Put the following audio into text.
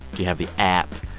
do you have the app?